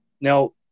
Now